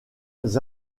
des